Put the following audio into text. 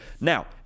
Now